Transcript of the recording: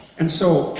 and so,